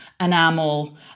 enamel